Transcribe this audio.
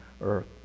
earth